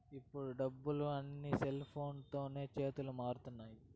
ఇప్పుడు డబ్బులు అన్నీ సెల్ఫోన్లతోనే చేతులు మారుతున్నాయి